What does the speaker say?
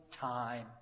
time